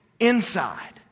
Inside